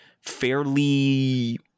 fairly